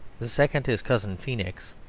the second is cousin feenix,